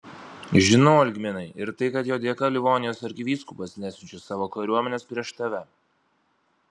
žinau algminai ir tai kad jo dėka livonijos arkivyskupas nesiunčia savo kariuomenės prieš tave